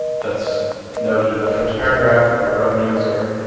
that's noted in the first paragraph, where our revenues are,